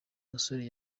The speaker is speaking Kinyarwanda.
musore